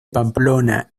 pamplona